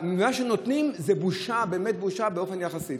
מה שנותנים זו בושה, באמת בושה, באופן יחסי.